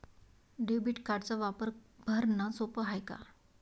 Debit कार्डचा वापर भरनं सोप हाय का?